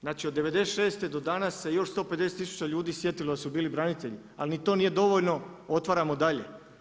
Znači od '96. do danas se još 150 tisuća ljudi sjetilo da su bili branitelji, ali ni to nije dovoljno otvaramo dalje.